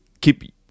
keep